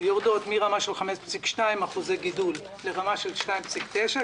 יורדות מרמה של 5.2% גידול לרמה של 2.9%,